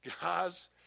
Guys